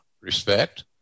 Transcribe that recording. respect